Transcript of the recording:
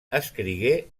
escrigué